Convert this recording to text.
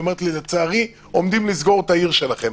היא אומרת לי: לצערי עומדים לסגור את העיר שלכם.